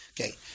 Okay